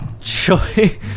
Joy